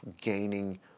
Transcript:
gaining